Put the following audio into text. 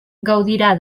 gaudirà